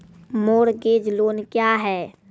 Mortgage loan क्या है?